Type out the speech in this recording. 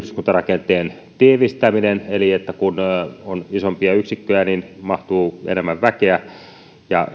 on yhdyskuntarakenteen tiivistäminen eli se että kun on isompia yksikköjä niin mahtuu enemmän väkeä ja